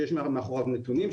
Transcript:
שיש מאחוריו נתונים,